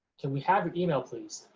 can we have your email, please?